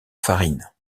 farine